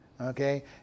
Okay